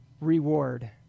reward